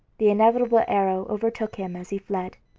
the inevitable arrow overtook him as he fled.